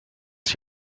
ich